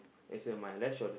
as in my left shoulder